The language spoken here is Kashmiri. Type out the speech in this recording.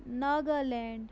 ناگالینٛڈ